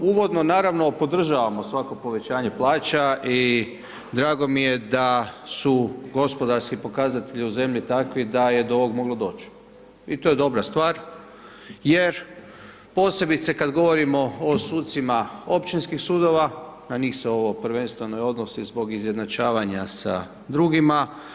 Uvodno, naravno, podržavamo svako povećanje plaća i drago mi je da su gospodarski pokazatelji u zemlji takvi da je do ovog moglo doć i to je dobra stvar jer, posebice kad govorimo o sucima općinskih sudova, na njih se ovo prvenstveno i odnosi zbog izjednačavanja sa drugima.